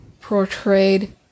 portrayed